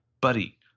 buddy